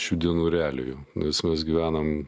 šių dienų realijų nes mes gyvenam